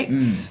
mmhmm